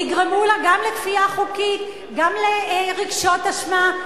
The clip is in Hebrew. תגרמו לה גם לכפייה חוקית, גם לרגשות אשמה.